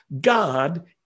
God